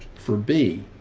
for b,